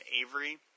Avery